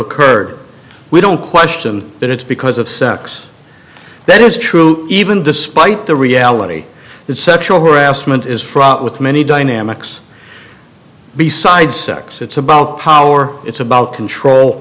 occurred we don't question that it's because of sex that is true even despite the reality that sexual harassment is fraught with many dynamics besides sex it's about power it's about control